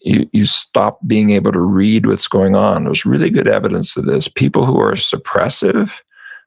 you you stop being able to read what's going on. there's really good evidence to this. people who are suppressive